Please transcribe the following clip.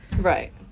Right